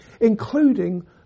including